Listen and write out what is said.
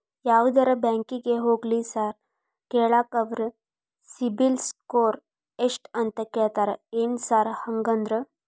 ಯಾವದರಾ ಬ್ಯಾಂಕಿಗೆ ಹೋಗ್ಲಿ ಸಾಲ ಕೇಳಾಕ ಅವ್ರ್ ಸಿಬಿಲ್ ಸ್ಕೋರ್ ಎಷ್ಟ ಅಂತಾ ಕೇಳ್ತಾರ ಏನ್ ಸಾರ್ ಹಂಗಂದ್ರ?